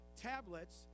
tablets